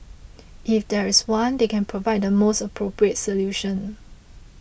if there is one they can provide the most appropriate solution